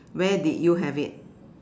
where did you have it